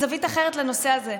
זווית אחרת לנושא הזה.